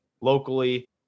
locally